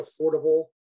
affordable